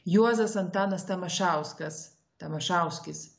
juozas antanas tamašauskas tamašauskis